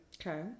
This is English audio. Okay